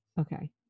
Okay